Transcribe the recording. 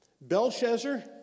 Belshazzar